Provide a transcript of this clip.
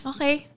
Okay